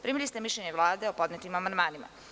Primili ste mišljenje Vlade o podnetim amandmanima.